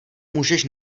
můžeš